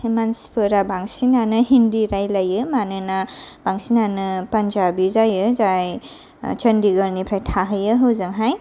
मानसिफोरा बांसिनानो हिन्दि रायलायो मानोना बांसिनानो पान्जाबि जायो जाय चन्डिगरनिफ्राय थाहैयो हजोंहाय